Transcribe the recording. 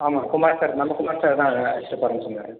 ஆமாம் குமார் சார் நம்ம குமார் சார் தான் அழைச்சிட்டு போகிறேன்னு சொன்னார்